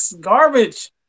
garbage